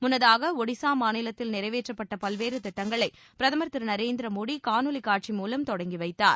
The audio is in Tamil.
முன்னதாக ஒடிசா மாநிலத்தில் நிறைவேற்றப்பட்ட பல்வேறு திட்டங்களை பிரதமர் திரு நரேந்திரமோடி காணொலி காட்சி மூலம் தொடங்கி வைத்தார்